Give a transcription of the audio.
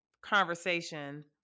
conversation